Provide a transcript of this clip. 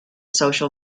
social